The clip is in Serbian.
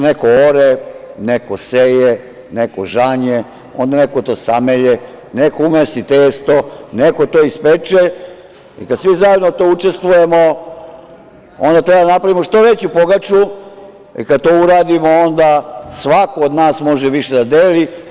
Neko ore, neko seje, neko žanje, a onda neko to samelje, neko umesi testo, neko to ispeče i kada svi zajedno učestvujemo onda treba da napravimo što veću pogaču i kada to uradimo onda svako od nas može više da deli.